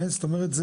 זאת אומרת,